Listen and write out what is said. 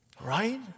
Right